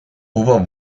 hubo